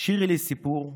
שירי לי סיפור.